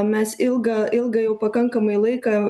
mes ilgą ilgą jau pakankamai laiką